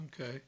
Okay